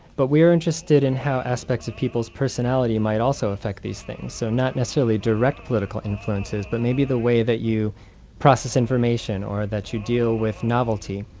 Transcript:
but we're interested in how aspects of people's personality might also affect these things and so not necessarily direct political influences but maybe the way that you process information or that you deal with novelty.